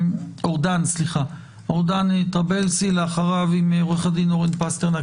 אחריו עו"ד אורן פסטרנק,